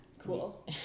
Cool